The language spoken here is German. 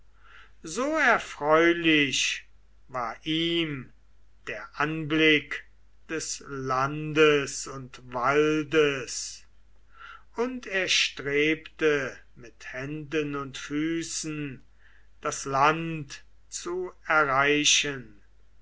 so erfreulich war ihm der anblick des landes und waldes und er strebte mit händen und füßen das land zu erreichen